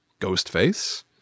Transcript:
Ghostface